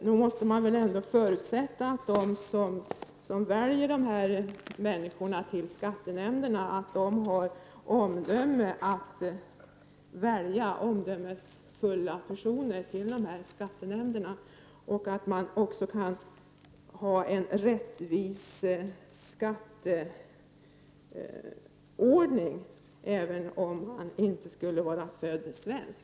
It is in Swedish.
Nog måste man väl ändå förutsätta att de som väljer ledamöter till skattenämnderna har omdömet att välja omdömesgilla personer och att man också kan ha en rättvis skatteordning även om man inte skulle vara född svensk.